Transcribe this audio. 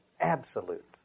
absolute